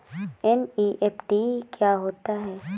NEFT क्या होता है?